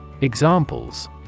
Examples